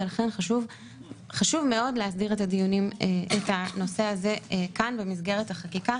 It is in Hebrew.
ולכן חשוב מאוד להסדיר את הנושא הזה כאן במסגרת החקיקה,